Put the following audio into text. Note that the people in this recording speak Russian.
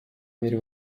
мере